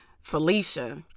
Felicia